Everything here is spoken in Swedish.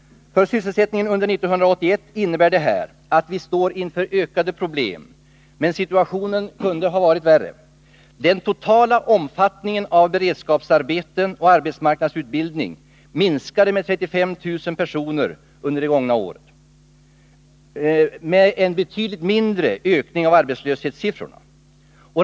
För sysselsättningen under 1981 innebär det här att vi står inför ökade problem. Men situationen kunde ha varit värre. Den totala omfattningen av beredskapsarbeten och arbetsmarknadsutbildning minskade med 35 000 personer under det gångna året, med en betydligt mindre ökning av arbetslöshetssiffrorna.